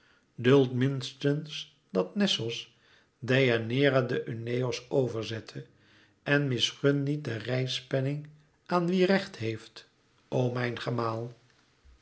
duld minstens dat nessos deianeira den euenos over zette en misgun niet de reispenning aan wie recht heeft o mijn